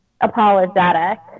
apologetic